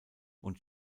und